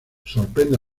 sorprende